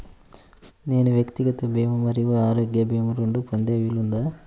నేను వ్యక్తిగత భీమా మరియు ఆరోగ్య భీమా రెండు పొందే వీలుందా?